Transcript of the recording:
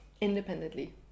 independently